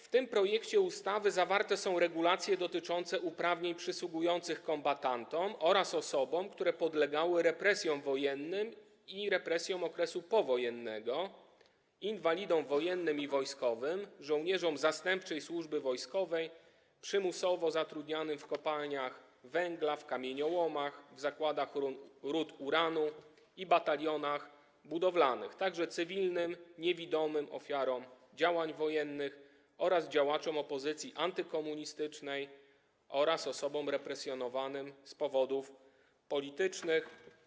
W tym projekcie ustawy zawarte są regulacje dotyczące uprawnień przysługujących kombatantom oraz osobom, które podlegały represjom wojennym i represjom okresu powojennego, inwalidom wojennym i wojskowym, żołnierzom zastępczej służby wojskowej przymusowo zatrudnionym w kopalniach węgla, w kamieniołomach, w zakładach rud uranu i batalionach budowlanych, także cywilnym niewidomym ofiarom działań wojennych oraz działaczom opozycji antykomunistycznej oraz osobom represjonowanym z powodów politycznych.